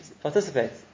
participates